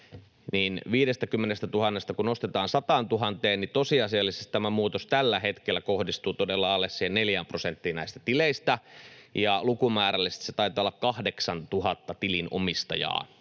50 000:stä 100 000:aan, niin tosiasiallisesti tämä muutos tällä hetkellä kohdistuu todella alle 4 prosenttiin näistä tileistä, ja lukumäärällisesti se taitaa olla 8 000 tilinomistajaa,